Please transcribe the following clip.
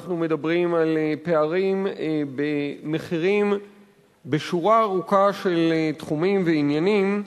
אנחנו מדברים על פערים במחירים בשורה ארוכה של תחומים ועניינים,